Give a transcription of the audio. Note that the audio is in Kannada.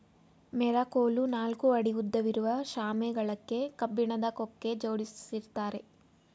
ಮೆರಕೋಲು ನಾಲ್ಕು ಅಡಿ ಉದ್ದವಿರುವ ಶಾಮೆ ಗಳಕ್ಕೆ ಕಬ್ಬಿಣದ ಕೊಕ್ಕೆ ಜೋಡಿಸಿರ್ತ್ತಾರೆ